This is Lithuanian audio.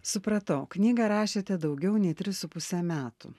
supratau knygą rašėte daugiau nei tris su puse metų